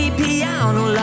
piano